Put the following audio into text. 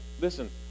Listen